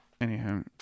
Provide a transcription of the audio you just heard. Anyhow